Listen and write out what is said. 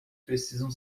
precisam